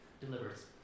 delivers